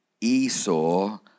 Esau